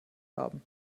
haben